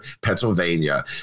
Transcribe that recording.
Pennsylvania